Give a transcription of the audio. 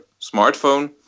smartphone